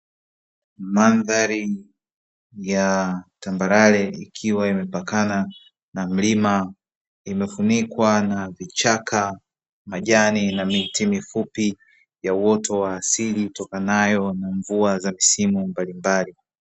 Mandhari ya tambarare ikiwa imepakana na mlima imefunikwa na vichaka, majani na miti mifupi ya uoto wa asili itokanayo na mvua za misimu mbalimbali.